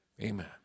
Amen